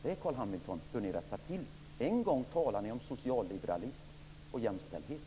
Detta, Carl Hamilton, bör ni rätta till. En gång talade ni om socialliberalism och jämställdhet.